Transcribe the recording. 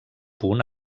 punt